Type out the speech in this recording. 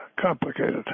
complicated